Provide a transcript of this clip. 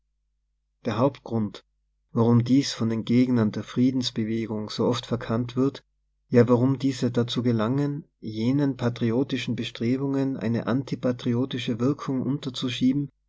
der hauptgrund warum dies von den gegnern der friedensbewegung so oft verkannt wird ja warum diese dazu gelangen jenen patriotischen bestrebungen eine antipatriotische wirkung unterzuschieben